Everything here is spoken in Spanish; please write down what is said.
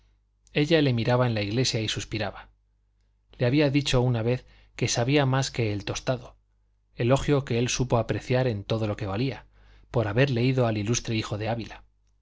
ella le miraba en la iglesia y suspiraba le había dicho una vez que sabía más que el tostado elogio que él supo apreciar en todo lo que valía por haber leído al ilustre hijo de ávila